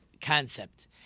concept